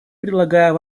предлагаем